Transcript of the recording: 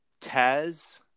Taz